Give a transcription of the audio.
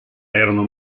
erano